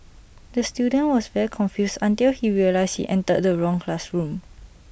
the student was very confused until he realised he entered the wrong classroom